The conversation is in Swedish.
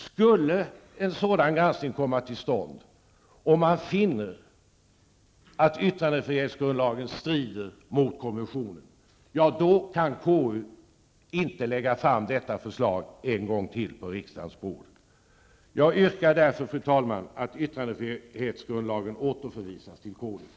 Skulle en sådan granskning komma till stånd, och om man då skulle finna att yttrandefrihetsgrundlagen strider mot konventionen, kan KU inte lägga fram detta förslag en gång till på riksdagens bord. Fru talman! Jag yrkar därför att yttrandefrihetsgrundlagen återförvisas till KU.